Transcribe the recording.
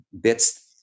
bits